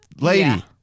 lady